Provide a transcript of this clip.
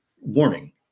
warning